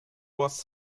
was